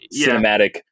cinematic